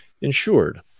insured